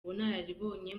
ubunararibonye